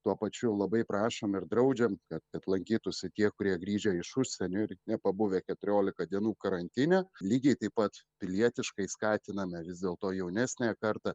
tuo pačiu labai prašom ir draudžiam kad kad lankytųsi tie kurie grįžę iš užsienio ir nepabuvę keturiolika dienų karantine lygiai taip pat pilietiškai skatiname vis dėlto jaunesniąją kartą